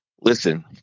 Listen